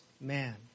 man